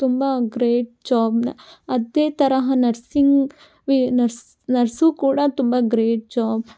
ತುಂಬ ಗ್ರೇಟ್ ಜಾಬ್ನ ಅದೇ ತರಹ ನರ್ಸಿಂಗ್ ವಿ ನರ್ಸ್ ನರ್ಸೂ ಕೂಡ ತುಂಬ ಗ್ರೇಟ್ ಜಾಬ್